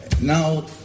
now